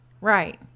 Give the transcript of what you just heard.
Right